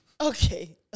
Okay